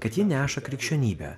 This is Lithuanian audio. kad ji neša krikščionybę